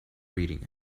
reading